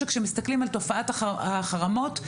כשמסתכלים על תופעת החרמות,